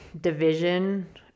division